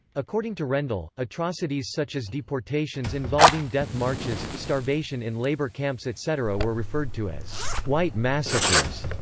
according to rendel, atrocities such as deportations involving death marches, starvation in labour camps etc. were referred to as white massacres.